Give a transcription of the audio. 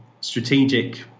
strategic